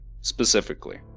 Specifically